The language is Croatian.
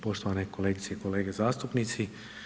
Poštovane kolegice i kolege zastupnici.